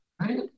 Right